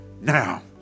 Now